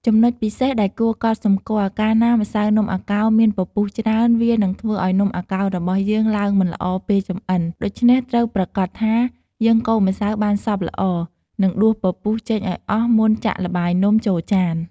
ចំណុចពិសេសដែលគួរកត់សម្គាល់ កាលណាម្សៅនំអាកោរមានពពុះច្រើន វានឹងធ្វើឲ្យនំអាកោររបស់យើងឡើងមិនល្អពេលចម្អិន ដូច្នេះ ត្រូវប្រាកដថា យើងកូរម្សៅបានសព្វល្អ និងដួសពពុះចេញឱ្យអស់មុនចាក់ល្បាយនំចូលចាន។